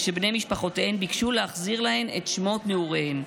ובני משפחותיהן ביקשו להחזיר להן את שמות נעוריהן.